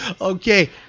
Okay